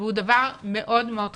והוא דבר מאוד מאוד חסר,